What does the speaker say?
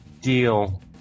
Deal